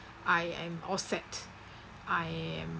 I am all set I am